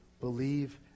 believe